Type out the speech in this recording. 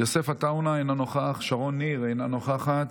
יוסף עטאונה, אינו נוכח, שרון ניר, אינה נוכחת.